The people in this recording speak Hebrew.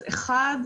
דבר אחד,